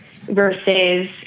versus